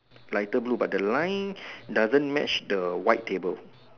lighter blue but the line doesn't match the white table